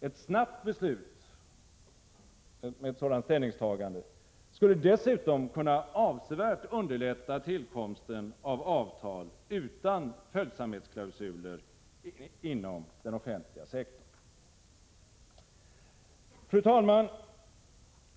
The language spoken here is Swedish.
Ett snabbt sådant ställningstagande skulle dessutom kunna avsevärt underlätta tillkomsten av avtal utan följsamhetsklausuler inom den offentliga sektorn. Fru talman!